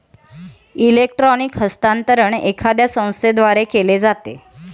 electronic हस्तांतरण एखाद्या संस्थेद्वारे केले जाते